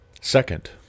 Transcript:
Second